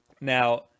Now